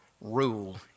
rule